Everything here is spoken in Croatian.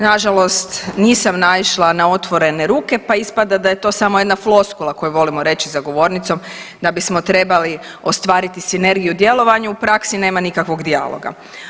Na žalost nisam naišla na otvorene ruke, pa ispada da je to samo jedna floskula koju volimo reći za govornicom da bismo trebali ostvariti sinergiju u djelovanju u praksi nema nikakvog dijaloga.